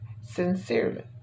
sincerely